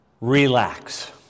relax